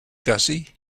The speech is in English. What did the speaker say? gussie